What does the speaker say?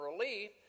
relief